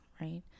right